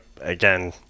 again